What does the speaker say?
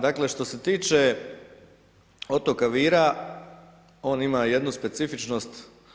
Dakle, što se tiče otoka Vira, on ima jednu specifičnost.